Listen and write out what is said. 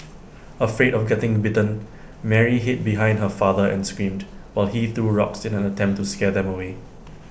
afraid of getting bitten Mary hid behind her father and screamed while he threw rocks in an attempt to scare them away